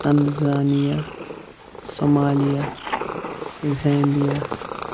Tanzania Somalia Zambia